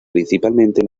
principalmente